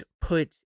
put